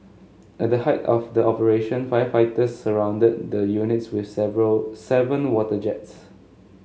at the height of the operation firefighters surrounded the units with seven water jets